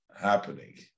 Happening